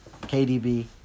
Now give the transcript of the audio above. KDB